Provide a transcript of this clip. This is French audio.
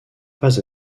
pas